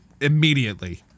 immediately